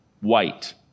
white